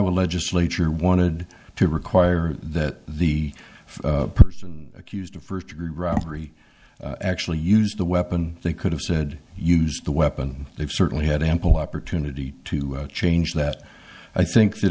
the legislature wanted to require that the person accused of first degree robbery actually use the weapon they could have said use the weapon they've certainly had ample opportunity to change that i think that